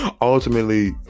Ultimately